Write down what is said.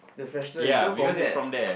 the freshness you don't forget